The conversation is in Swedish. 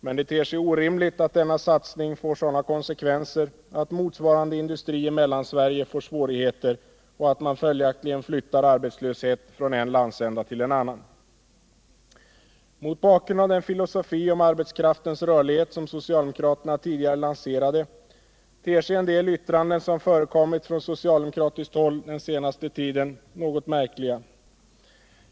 Men det ter sig orimligt att denna satsning får sådana konsekvenser att motsvarande industri i Mellansverige får svårigheter och att man följaktligen flyttar arbetslöshet från en landsända till en annan. Mot bakgrund av den filosofi om arbetskraftens rörlighet som socialdemokraterna tidigare lanserade ter sig en del yttranden som förekommit från socialdemokratiskt håll den senaste tiden något märkliga.